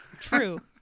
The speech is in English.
true